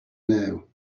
know